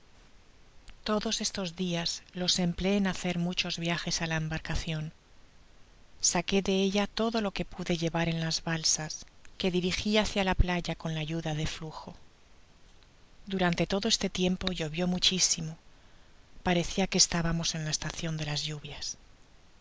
todos estos dias los empleé en hacer muchos viajes á la embarcacion saque ie ella todo lo que pude llevar en las balsas que dirigía hacia ta playa con la ayuda de finjo durante todo este tiempo llovió muchisimo parecia que estábamos eo la estacion de las lluvias